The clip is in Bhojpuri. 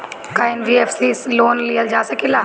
का एन.बी.एफ.सी से लोन लियल जा सकेला?